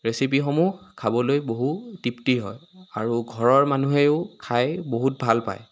ৰেচিপিসমূহ খাবলৈ বহু তৃপ্তি হয় আৰু ঘৰৰ মানুহেও খাই বহুত ভাল পায়